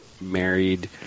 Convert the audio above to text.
married